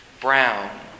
brown